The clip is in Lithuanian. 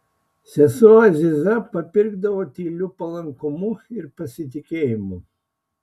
sesuo aziza papirkdavo tyliu palankumu ir pasitikėjimu